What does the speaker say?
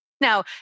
now